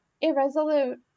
irresolute